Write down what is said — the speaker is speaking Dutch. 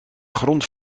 grond